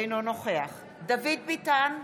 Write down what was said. אינו נוכח דוד ביטן,